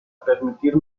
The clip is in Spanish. permitir